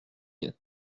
quatre